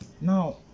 now